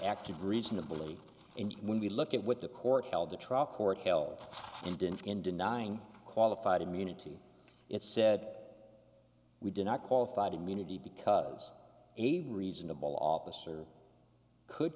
acted reasonably and when we look at what the court held the trial court held and didn't gain denying qualified immunity it said we did not qualified immunity because a reasonable officer could